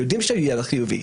יודעים שהוא יהיה חיובי.